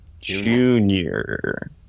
junior